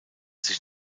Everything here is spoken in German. sich